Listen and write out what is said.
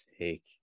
take